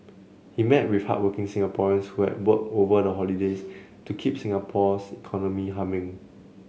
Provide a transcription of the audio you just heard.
he met with hardworking Singaporeans who had work over the holidays to keep Singapore's economy humming